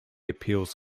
appeals